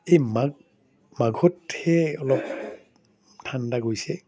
এই মাঘ মাঘতহে অলপ ঠাণ্ডা গৈছে